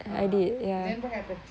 ah then what happened